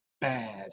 bad